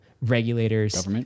regulators